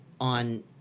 on